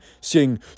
sing